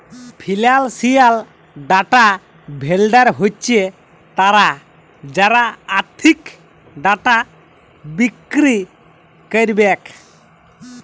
financial data vendor হছে তারা যারা আথ্থিক ডাটা বিক্কিরি ক্যারবেক